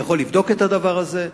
אני יכול לבדוק את הדבר הזה?